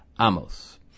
Amos